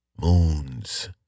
moons